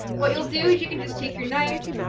what you'll do is you can just take your knife,